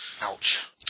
Ouch